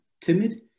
timid